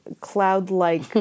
cloud-like